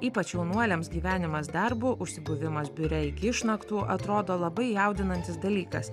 ypač jaunuoliams gyvenimas darbo užsibuvimas biure iki išnaktų atrodo labai jaudinantis dalykas